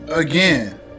again